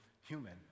human